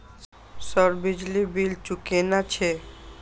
Sir बिजली bill चूकेना छे?